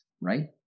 right